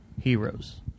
Heroes